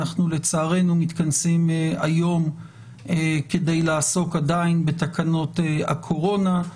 אנחנו לצערנו מתכנסים היום כדי לעסוק עדיין בתקנות הקורונה.